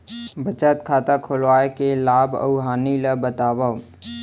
बचत खाता खोलवाय के लाभ अऊ हानि ला बतावव?